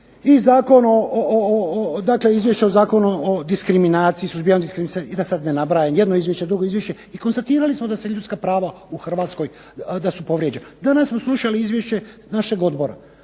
o Zakonu o diskriminaciju, suzbijanju diskriminacije, i da sad ne nabrajam, jedno izvješće, drugo izvješće, i konstatirali smo da se ljudska prava u Hrvatskoj, da su povrijeđena. Danas smo slušali izvješće našeg odbora,